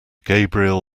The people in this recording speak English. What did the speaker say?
gabriel